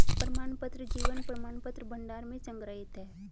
प्रमाणपत्र जीवन प्रमाणपत्र भंडार में संग्रहीत हैं